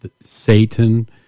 Satan